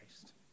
Christ